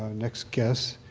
next guests,